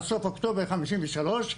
סוף אוקטובר 53,